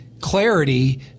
clarity